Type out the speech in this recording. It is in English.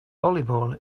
volleyball